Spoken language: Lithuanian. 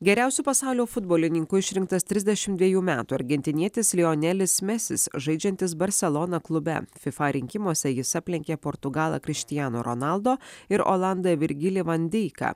geriausiu pasaulio futbolininku išrinktas trisdešim dvejų metų argentinietis lionelis mesis žaidžiantis barselona klube fifa rinkimuose jis aplenkė portugalą kristiano ronaldo ir olandą virgilį van deiką